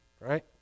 right